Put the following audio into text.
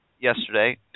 yesterday